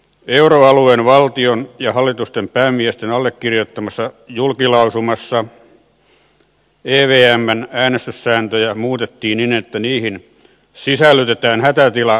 euroalueen valtioiden ja hallitusten päämiesten allekirjoittamassa julkilausumassa evmn äänestyssääntöjä muutettiin niin että niihin sisällytetään hätätilamenettely